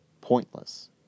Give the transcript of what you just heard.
pointless